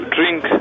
Drink